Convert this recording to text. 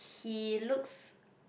he looks